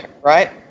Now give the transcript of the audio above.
right